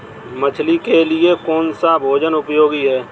मछली के लिए कौन सा भोजन उपयोगी है?